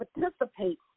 participate